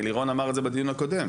לירון אמר את זה בדיון הקודם.